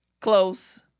Close